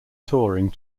touring